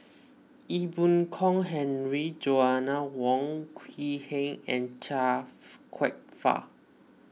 Ee Boon Kong Henry Joanna Wong Quee Heng and Chia Kwek Fah